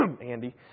Andy